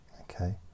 Okay